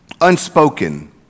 unspoken